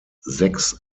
sechs